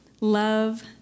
love